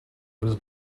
was